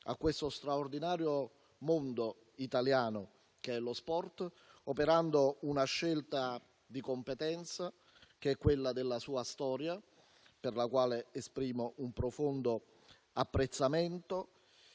allo straordinario mondo italiano dello sport, operando una scelta di competenza, che è quella della sua storia, per la quale esprimo un profondo apprezzamento.